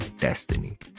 destiny